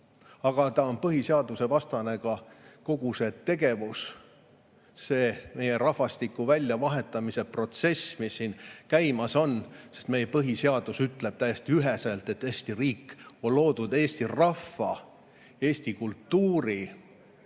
Aga ta on põhiseadusvastane, kogu see tegevus, see meie rahvastiku väljavahetamise protsess, mis siin käimas on. Meie põhiseadus ütleb täiesti üheselt, et Eesti riik on loodud eesti rahva, eesti kultuuri